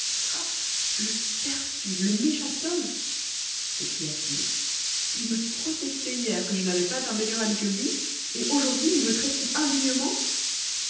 le perfide le méchant homme s'écria-t-il il me protestait hier que je n'avais pas un meilleur ami que lui et aujourd'hui il me traite si indignement